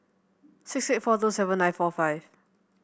six eight four two seven nine four five